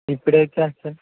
ఎప్పుడు ఇస్తారు సర్